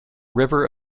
river